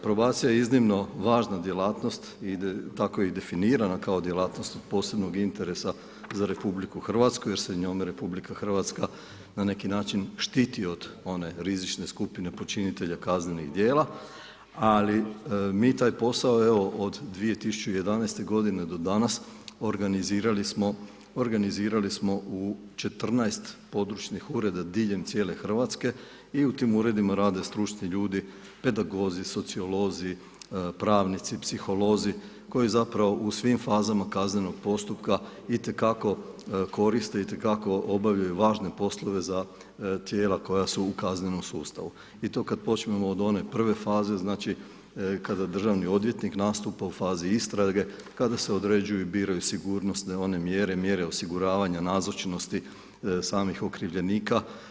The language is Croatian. Probacija je iznimno važna djelatnost, tako je i definirana kao djelatnost od posebnog interesa za RH, jer se njome RH na neki način štiti od one rizične skupine počinitelja kaznenih dijela, ali mi taj posao od 2011. do danas organizirali smo u 14 područnih ureda diljem cijele Hrvatske i u tim uredima rade stručni ljudi, pedagozi, sociolozi, pravnici, psiholozi koji zapravo u svim fazama kaznenog postupka i te kako koriste i te kako obavljaju važne poslove za tijela koja su u kaznenom sustavi i to kad počnemo od one prve faze kada državni odvjetnik nastupa u fazi istrage kada se određuju i biraju sigurnosne one mjere, mjere osiguravanja nazočnosti samih okrivljenika.